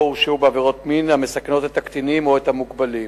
הורשעו בעבירות מין המסכנות את הקטינים או את המוגבלים.